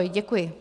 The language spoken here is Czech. Děkuji.